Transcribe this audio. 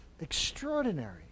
Extraordinary